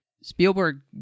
Spielberg